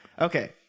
Okay